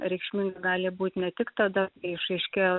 reikšminga gali būt ne tik tada kai išaiškėja